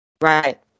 right